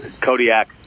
Kodiak